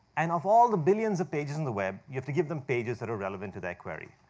and of all the billions of pages on the web, you have to give them pages that are relevant to their query.